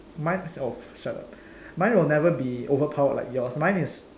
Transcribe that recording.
mine oh shut up mine will never be overpowered like yours mine is